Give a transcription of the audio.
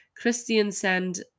Christiansand